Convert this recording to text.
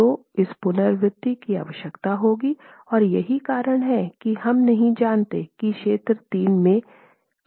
तो इस पुनरावृति की आवश्यकता होगी और यही कारण है कि हम नहीं जानते कि क्षेत्र 3 में कहां है